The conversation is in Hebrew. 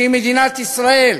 שהיא מדינת ישראל,